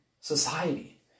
society